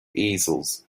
easels